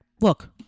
look